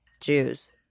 Jews